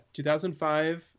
2005